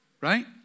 Right